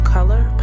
Color